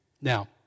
Now